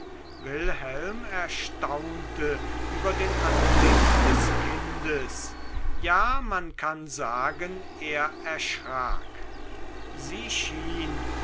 wilhelm erstaunte über den anblick des kindes ja man kann sagen er erschrak sie schien